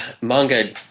manga